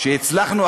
שהצלחנו,